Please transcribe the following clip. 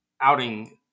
outing